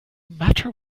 matter